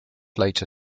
later